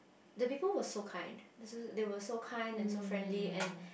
the people was so kind they were so kind and so friendly and